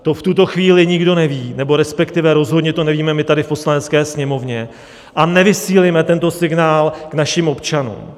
To v tuto chvíli nikdo neví nebo respektive rozhodně to nevíme my tady v Poslanecké sněmovně a nevysílejme tento signál k našim občanům.